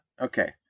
Okay